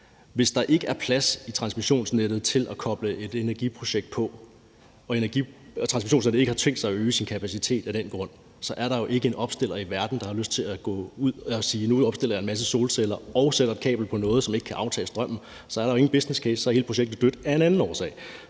Hvis der ikke er plads i transmissionsnettet til at koble et energiprojekt på og man ikke har tænkt sig at øge transmissionsnettets kapacitet af den grund, er der jo ikke en eneste opstiller i verden, der har lyst til at gå ud og opstille en masse solceller og sætte et kabel på noget, som ikke kan aftage strømmen. Så er der jo ikke nogen businesscase, og så er hele projektet dødt af en anden årsag.